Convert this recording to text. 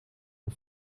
een